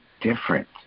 different